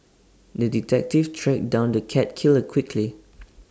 the detective tracked down the cat killer quickly